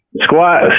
Squat